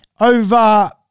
over